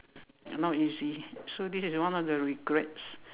and not easy so this is one of the regrets